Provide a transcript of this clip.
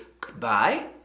Goodbye